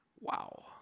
Wow